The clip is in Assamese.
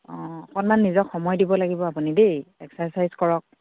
অঁ অকণমান নিজক সময় দিব লাগিব আপুনি দেই এক্সাৰচাইজ কৰক